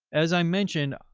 as i mentioned,